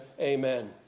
Amen